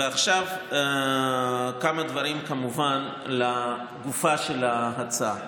ועכשיו כמה דברים, כמובן, לגופה של ההצעה.